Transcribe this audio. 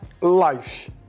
life